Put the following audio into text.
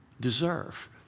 deserve